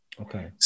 Okay